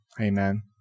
amen